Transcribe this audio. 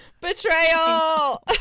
Betrayal